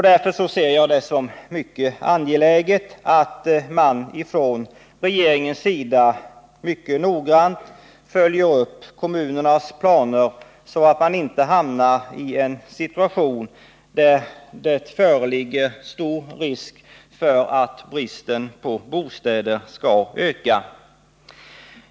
Därför ser jag det som mycket angeläget att man från regeringens sida mycket noggrant följer upp kommunernas planer, så att man inte hamnar i en situation där det föreligger stor risk för att bristen på bostäder ökar.